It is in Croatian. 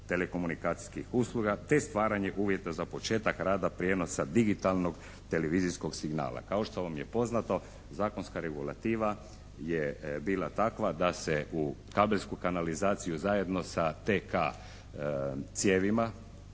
telekomunikacijskih usluga te stvaranje uvjeta za početak rada prijenosa digitalnog televizijskog signala. Kao što vam je poznato zakonska regulativa je bila takva da se u kabelsku kanalizaciju zajedno sa TK-a cijevima